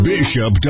Bishop